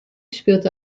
spielt